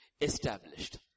established